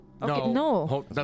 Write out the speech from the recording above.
No